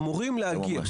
אמורים להגיע,